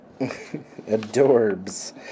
Adorbs